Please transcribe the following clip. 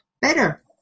better